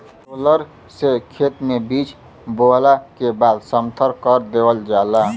roller से खेत में बीज बोवला के बाद समथर कर देवल जाला